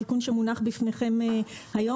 התיקון שמונח בפניכם היום,